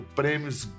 prêmios